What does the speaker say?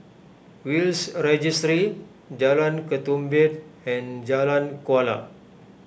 Will's Registry Jalan Ketumbit and Jalan Kuala